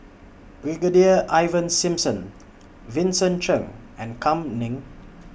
Brigadier Ivan Simson Vincent Cheng and Kam Ning